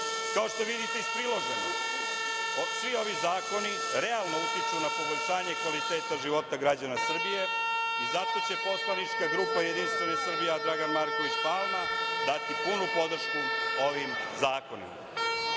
što vidite iz priloženog, svi ovi zakoni realno utiču na poboljšanje kvaliteta života građana Srbije i zato će poslanička grupa Jedinstvena Srbija – Dragan Marković Palma dati punu podršku ovim zakonima. Krenuću